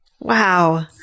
Wow